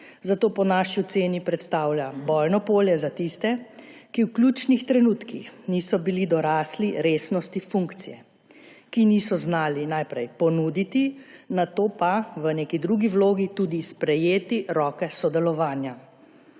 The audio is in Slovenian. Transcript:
zato po naši oceni predstavlja bojno polje za tiste, ki v ključnih trenutkih niso bili dorasli resnosti funkcije, ki niso znali najprej ponuditi, nato pa v neki drugi vlogi tudi sprejeti roke sodelovanja.